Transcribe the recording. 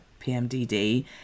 pmdd